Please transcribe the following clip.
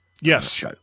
Yes